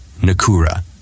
Nakura